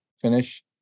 finish